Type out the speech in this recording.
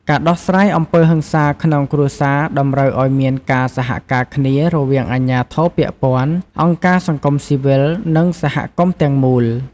ការដោះស្រាយអំពើហិង្សាក្នុងគ្រួសារតម្រូវឲ្យមានការសហការគ្នារវាងអាជ្ញាធរពាក់ព័ន្ធ អង្គការសង្គមស៊ីវិល និងសហគមន៍ទាំងមូល។